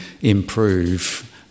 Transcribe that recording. improve